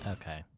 Okay